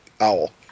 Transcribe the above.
owl